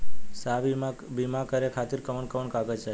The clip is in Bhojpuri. साहब इ बीमा करें खातिर कवन कवन कागज चाही?